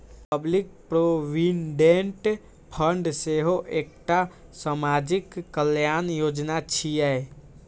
public provident fund सेहो एकटा सामाजिक कल्याण योजना छियै